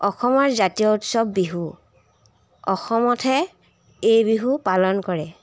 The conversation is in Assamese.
অসমৰ জাতীয় উৎসৱ বিহু অসমতহে এই বিহু পালন কৰে